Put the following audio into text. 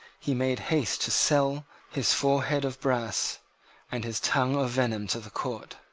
he made haste to sell his forehead of brass and his tongue of venom to the court.